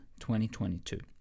2022